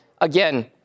Again